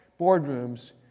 boardrooms